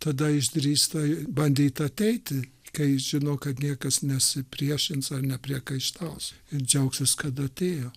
tada išdrįsta bandyti ateiti kai žino kad niekas nesipriešins ar nepriekaištaus ir džiaugsis kad atėjo